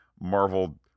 Marvel